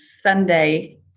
Sunday